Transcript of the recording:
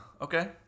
Okay